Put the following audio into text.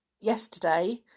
yesterday